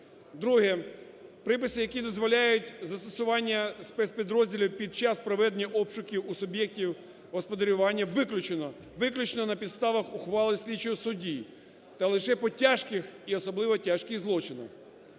Друге. Приписи, які дозволяють застосування спецпідрозділів під час проведення обшуків у суб'єктів господарювання виключено, виключено на підставах ухвали слідчого судді та лише по тяжких і особливо тяжких злочинах.